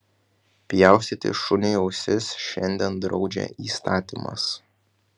pjaustyti šuniui ausis šiandien draudžia įstatymas